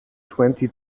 twenty